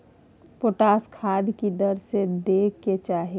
Potash खाद की दर से दै के चाही?